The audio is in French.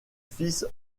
fils